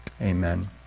amen